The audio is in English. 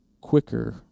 quicker